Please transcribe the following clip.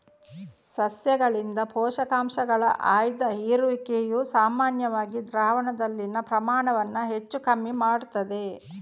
ಸಸ್ಯಗಳಿಂದ ಪೋಷಕಾಂಶಗಳ ಆಯ್ದ ಹೀರಿಕೊಳ್ಳುವಿಕೆಯು ಸಾಮಾನ್ಯವಾಗಿ ದ್ರಾವಣದಲ್ಲಿನ ಪ್ರಮಾಣವನ್ನ ಹೆಚ್ಚು ಕಮ್ಮಿ ಮಾಡ್ತದೆ